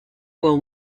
will